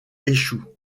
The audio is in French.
échouent